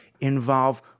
involve